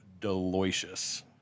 delicious